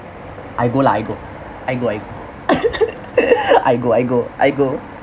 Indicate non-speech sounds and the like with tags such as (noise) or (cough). I go lah I go I go I go (laughs) I go I go I go